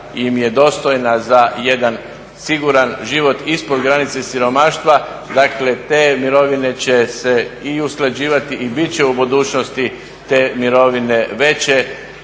im je dostojna za jedan siguran život ispod granice siromaštva. Dakle, te mirovine će se i usklađivati i bit će u budućnosti te mirovine veće.